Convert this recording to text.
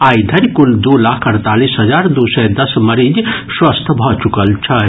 आइ धरि कुल दू लाख अड़तालीस हजार दू सय दस मरीज स्वस्थ भऽ चुकल छथि